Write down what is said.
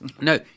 No